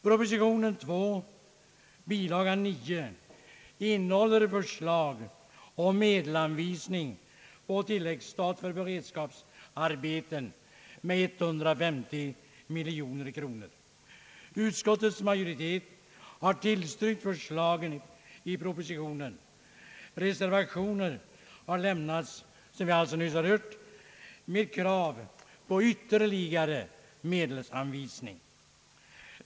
Propositionen nr 2, bilaga 9, innehåller förslag om medelsanvisning på tillläggsstat för beredskapsarbeten med 150 miljoner kronor. Utskottets majoritet har tillstyrkt förslagen i propositionen. Reservationer har avgivits med krav på ytterligare medelsanvisning.